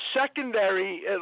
secondary